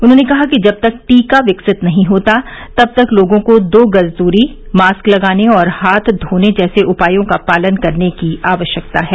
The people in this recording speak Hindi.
उन्होंने कहा कि जब तक टीका विकसित नहीं होता तब तक लोगों को दो गज की दूरी मास्क लगाने और हाथ धोने जैसे उपायों का पालन करने की आवश्यकता है